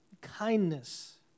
kindness